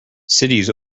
cities